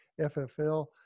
FFL